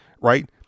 right